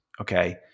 okay